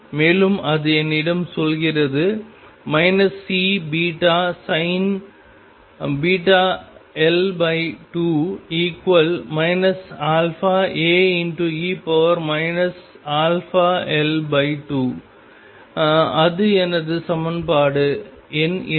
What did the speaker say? மேலும் அது என்னிடம் சொல்கிறது Cβsin βL2 αAe αL2 அது எனது சமன்பாடு எண் 2